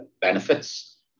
benefits